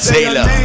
Taylor